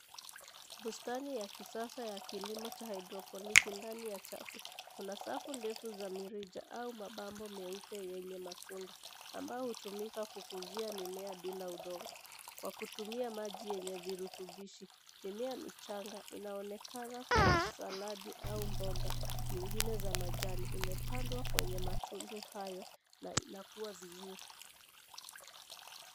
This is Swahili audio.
Bustani ya kisasa ya kilimo cha (cs)hydroponic(cs) ndani ya chafu. Kuna safu ndefu za mirija au mabomba meupe yenye matundu, ambayohutumika kukuzia mimea bila kutumia udongo, kwa kutumia maji yenye virutubishi. Mimea michanga inaonekana kwa saladi au mboga nyingine za majani, imepandwa kwenye matundu hayo na inakua vizuri.